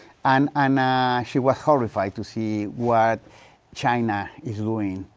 and, um ah, she was horrified to see what china is doing,